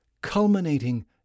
culminating